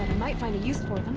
might find a use